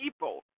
people